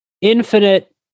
infinite